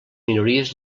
minories